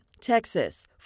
Texas